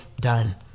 done